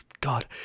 God